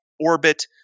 orbit